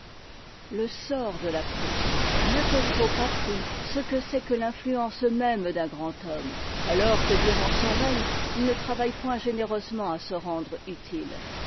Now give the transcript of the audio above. le sort de la prusse n'a que trop appris ce que c'est que l'influence même d'un grand homme alors que durant son règne il ne travaille point généreusement à se rendre inu tile